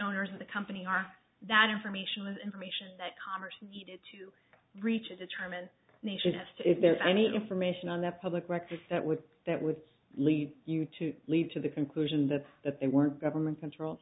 owners of the company are that information and information that commerce needed to reach a determine nation as to if there's any information on that public record that would that would lead you to lead to the conclusion that that they were government control